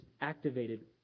activated